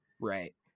Right